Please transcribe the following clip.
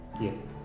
Yes